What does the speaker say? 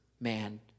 man